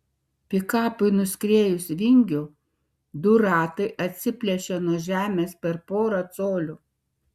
pikapui nuskriejus vingiu du ratai atsiplėšė nuo žemės per porą colių